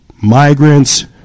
migrants